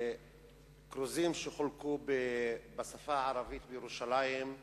כרוזים שחולקו בשפה הערבית בירושלים,